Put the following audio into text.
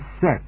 set